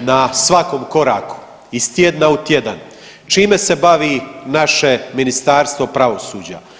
na svakom koraku iz tjedna u tjedan čime se bavi naše Ministarstvo pravosuđa.